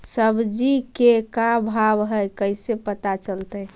सब्जी के का भाव है कैसे पता चलतै?